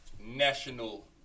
national